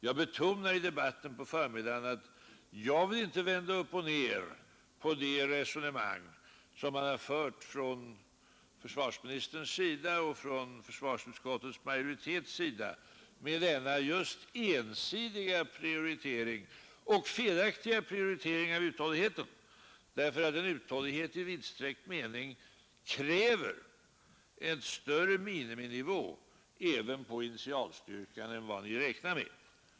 Jag betonade i debatten på förmiddagen, att jag vill inte vända upp och ned på det resonemang som försvarsministern och försvarsutskottets majoritet fört med sin ensidiga prioritering och felaktiga prioritering av uthålligheten. Prioriteringen är felaktig därför att en uthållighet i vidsträckt mening kräver en större miniminivå även på initialstyrkan än vad regeringen räknar med.